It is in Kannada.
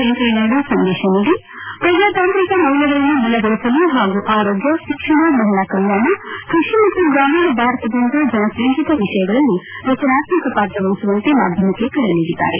ವೆಂಕಯ್ಯನಾಯ್ಡು ಸಂದೇಶ ನೀಡಿ ಪ್ರಜಾ ತಾಂತ್ರಿಕ ಮೌಲ್ಯಗಳನ್ನು ಬಲಗೊಳಿಸಲು ಹಾಗೂ ಆರೋಗ್ಕ ಶಿಕ್ಷಣ ಮಹಿಳಾ ಕಲ್ಕಾಣ ಕೃಷಿ ಮತ್ತು ಗ್ರಾಮೀಣ ಭಾರತದಂತಪ ಜನಕೇಂದ್ರೀತ ವಿಷಯಗಳಲ್ಲಿ ರಚನಾತ್ಮಕ ಪಾತ್ರ ವಹಿಸುವಂತೆ ಮಾಧ್ಯಮಕ್ಕೆ ಕರೆ ನೀಡಿದ್ದಾರೆ